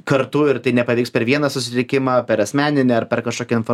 kartu ir tai nepavyks per vieną susitikimą per asmeninę ar per kažkokį